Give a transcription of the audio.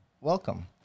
welcome